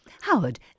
Howard